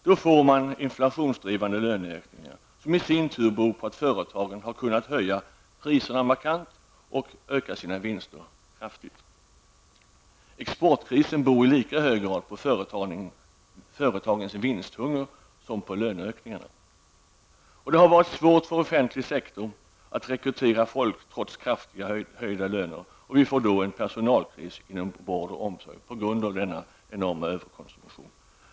Nu får man inflationsdrivande löneökningar, som i sin tur beror på att företagen har kunnat höja priserna markant och ökat sina vinster kraftigt. Exportkrisen beror i lika hög grad på företagens vinsthunger som på löneökningarna. Det har varit svårt för den offentliga sektorn att rekrytera folk, trots kraftigt höjda löner. Vi får då en personalkris inom vård och omsorg till följd av denna enorma överkonsumtion.